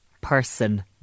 person